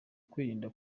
kwirinda